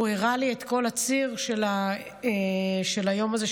הוא הראה לי את כל הציר של היום הזה,